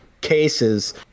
cases